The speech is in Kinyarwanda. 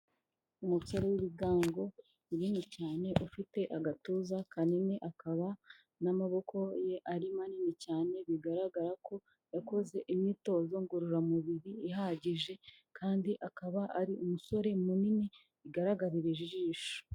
Umusore w'ibigango binini cyane ufite agatuza kanini akaba n'amaboko ye ari manini cyane bigaragara ko yakoze imyitozo ngororamubiri ihagije kandi akaba ari umusore munini bigaragarira ijisho.